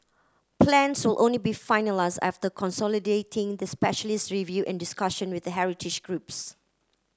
plans will only be finalised after consolidating the specialist review and discussion with heritage groups